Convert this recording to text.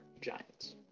Giants